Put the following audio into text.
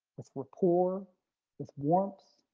with rapport with warmth.